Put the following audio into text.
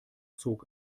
zog